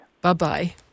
Bye-bye